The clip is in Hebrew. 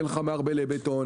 אין לך מערבלי בטון,